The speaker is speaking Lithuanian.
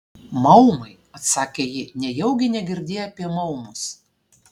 maumai atsakė ji nejaugi negirdėjai apie maumus